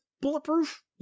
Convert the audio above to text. bulletproof